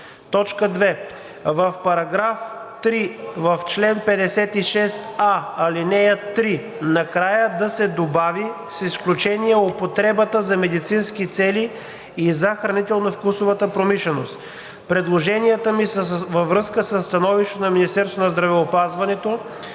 т. 2 в § 3 в чл. 56а, ал. 3 накрая да се добави „с изключение продажбата за медицински цели и за хранително-вкусовата промишленост“. Предложенията ми са във връзка със становището на Министерството на здравеопазването